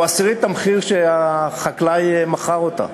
או עשירית המחיר שבו החקלאי מכר אותה.